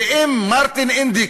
ואם מרטין אינדיק,